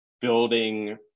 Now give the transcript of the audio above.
building